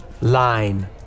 Line